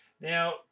Now